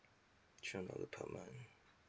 three hundred dollar per month okay